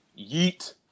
Yeet